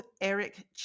Eric